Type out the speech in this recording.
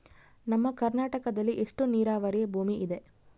ನಮ್ಮ ಕರ್ನಾಟಕದಲ್ಲಿ ಎಷ್ಟು ನೇರಾವರಿ ಭೂಮಿ ಇದೆ?